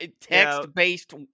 Text-based